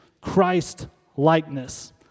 Christ-likeness